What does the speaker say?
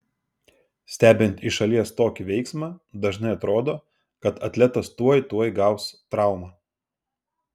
stebint iš šalies tokį veiksmą dažnai atrodo kad atletas tuoj tuoj gaus traumą